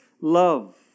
love